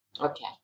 Okay